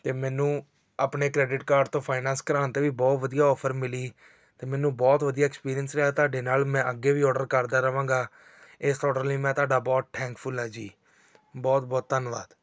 ਅਤੇ ਮੈਨੂੰ ਆਪਣੇ ਕ੍ਰੈਡਿਟ ਕਾਰਡ ਤੋਂ ਫਾਈਨੈਂਸ ਕਰਵਾਉਣ 'ਤੇ ਵੀ ਬਹੁਤ ਵਧੀਆ ਔਫਰ ਮਿਲੀ ਅਤੇ ਮੈਨੂੰ ਬਹੁਤ ਵਧੀਆ ਐਕਸਪੀਰੀਅੰਸ ਰਿਹਾ ਤੁਹਾਡੇ ਨਾਲ ਮੈਂ ਅੱਗੇ ਵੀ ਔਡਰ ਕਰਦਾ ਰਹਾਂਗਾ ਇਸ ਔਡਰ ਲਈ ਮੈਂ ਤੁਹਾਡਾ ਬਹੁਤ ਠੈਂਕਫੁੱਲ ਹੈ ਜੀ ਬਹੁਤ ਬਹੁਤ ਧੰਨਵਾਦ